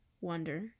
Wonder